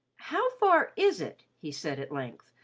how far is it, he said, at length,